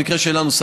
במקרה שלנו,